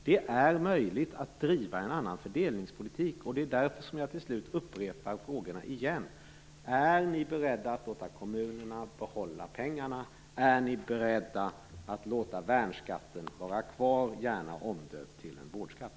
Det är möjligt att driva en annan fördelningspolitik, och det är därför som jag till slut upprepar frågorna igen. Är ni beredda att låta kommunerna behålla pengarna? Är ni beredda att låta värnskatten vara kvar, gärna omdöpt till en vårdskatt?